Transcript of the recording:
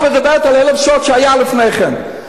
את מדברת על 1,000 שעות שהיה לפני כן,